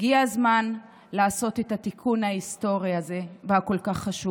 הגיע הזמן לעשות את התיקון ההיסטורי הזה החשוב כל כך.